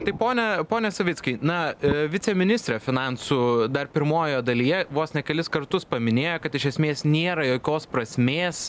tai pone pone savickai na viceministrė finansų dar pirmojoje dalyje vos ne kelis kartus paminėjo kad iš esmės nėra jokios prasmės